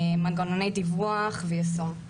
מנגנוני דיווח ויישום.